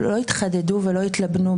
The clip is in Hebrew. לא התחדדו ולא התלבנו,